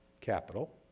capital